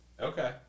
Okay